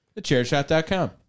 TheChairShot.com